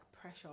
pressure